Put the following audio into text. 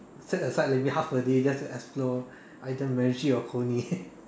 set aside maybe half a day just to explore either either macritchie or Coney